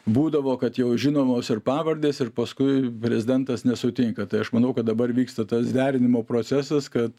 būdavo kad jau žinomos ir pavardės ir paskui prezidentas nesutinka tai aš manau kad dabar vyksta tas derinimo procesas kad